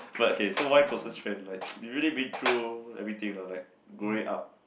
but okay so why closest friend like we really been through everything lah like growing up